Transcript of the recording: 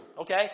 okay